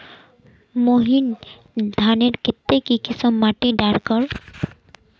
महीन धानेर केते की किसम माटी डार कर?